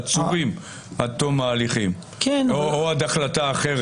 עצורים, עד תום ההליכים או עד החלטה אחרת.